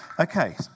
Okay